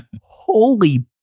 holy